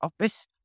office